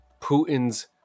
Putin's